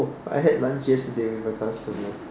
I had lunch yesterday with a customer